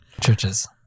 Churches